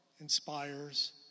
inspires